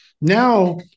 Now